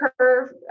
curve